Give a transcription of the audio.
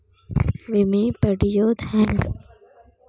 ವಿಮೆ ಪಡಿಯೋದ ಹೆಂಗ್?